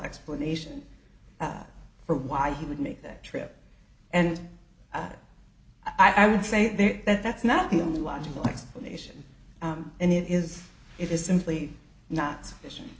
explanation for why he would make that trip and i would say that that's not the only logical explanation and it is it is simply not sufficient